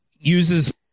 uses